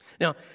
Now